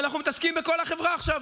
ואנחנו מתעסקים בכל החברה עכשיו.